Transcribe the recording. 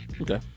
Okay